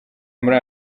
muri